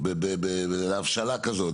בהבשלה כזאת.